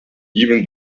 even